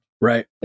Right